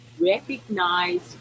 recognized